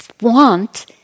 want